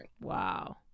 wow